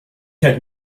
had